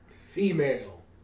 female